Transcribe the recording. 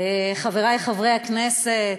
חברי חברי הכנסת,